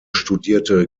studierte